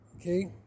okay